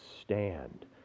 stand